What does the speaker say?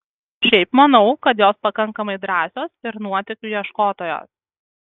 šiaip manau kad jos pakankamai drąsios ir nuotykių ieškotojos